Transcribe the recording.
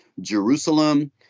Jerusalem